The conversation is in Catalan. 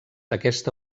aquesta